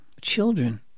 Children